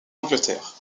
angleterre